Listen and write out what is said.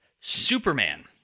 Superman